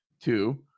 two